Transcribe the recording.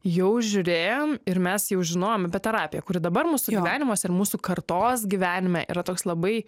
jau žiūrėjom ir mes jau žinojom apie terapiją kuri dabar mūsų gyvenimuose ir mūsų kartos gyvenime yra toks labai